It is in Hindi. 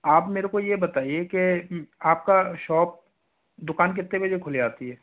आप मेरे को ये बताइए के आपका शॉप दुकान कितने बजे खुल जाती है